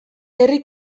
herri